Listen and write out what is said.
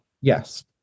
Yes